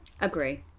Agree